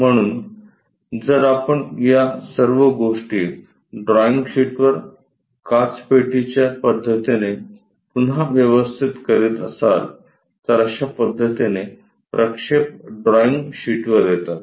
म्हणून जर आपण या सर्व गोष्टी ड्रॉईंग शीटवर काचपेटीच्या पद्धतीने पुन्हा व्यवस्थित करीत असाल तर अश्या पद्धतीने प्रक्षेप ड्रॉईंग शीट वर येतात